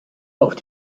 auf